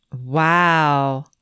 Wow